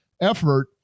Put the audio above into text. effort